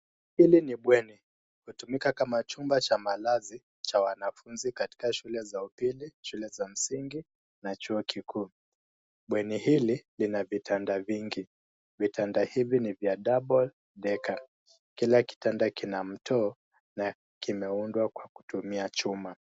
Hili ni bweni. Inatumika kama chumba cha malazi cha wanafunzi katika shule za upili, shule za msingi na chuo kikuu. Bweni hili lina vitanda vingi. Vitanda hivi ni vya double decker .Kila kitanda kina mto na kimeundwa kwa kutumia chuma.